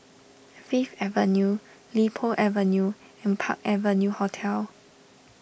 Fifth Avenue Li Po Avenue and Park Avenue Hotel